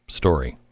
story